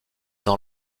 dans